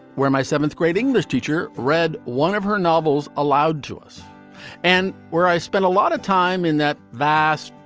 where my seventh grade english teacher read one of her novels aloud to us and where i spent a lot of time in that vast,